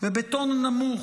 ובטון נמוך,